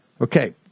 Okay